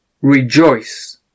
Rejoice